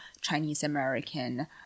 Chinese-American